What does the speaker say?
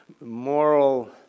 moral